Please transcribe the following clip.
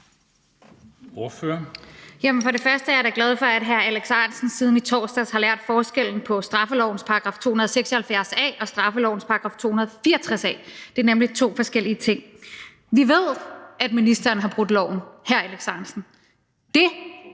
For det første er jeg da glad for, at hr. Alex Ahrendtsen siden i torsdags har lært forskellen på straffelovens § 276 a og straffelovens § 264 a. Det er nemlig to forskellige ting. Vi ved, at ministeren har brudt loven, hr. Alex Ahrendtsen. Det,